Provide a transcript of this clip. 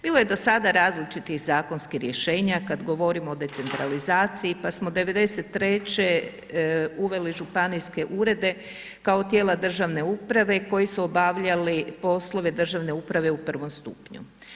Bilo je do sada različitih zakonskih rješenja kad govorimo o centralizaciji, pa smo '93. uveli županijske urede kao tijela državne uprave koji su obavljali poslove državne uprave u prvom stupnju.